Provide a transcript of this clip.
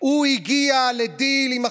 הוא הגיע לדיל עם החרדים.